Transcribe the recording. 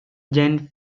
jeanne